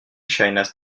ŝajnas